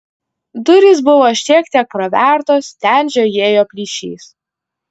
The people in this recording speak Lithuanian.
durys buvo šiek tiek pravertos ten žiojėjo plyšys